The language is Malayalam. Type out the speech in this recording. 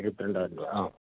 ഇരുപത്തിരണ്ടായിരം രൂപ ആ